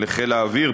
לחיל האוויר,